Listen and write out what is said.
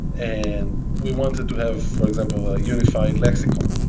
and we wanted to have for example a unified lexicon.